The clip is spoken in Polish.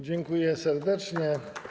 Dziękuję serdecznie.